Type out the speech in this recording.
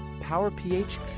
Power-PH